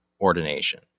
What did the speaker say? ordination